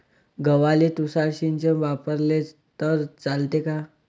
गव्हाले तुषार सिंचन वापरले तर चालते का?